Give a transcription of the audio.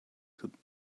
could